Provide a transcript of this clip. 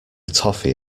toffee